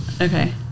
Okay